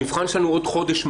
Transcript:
המבחן שלנו הוא לא היום,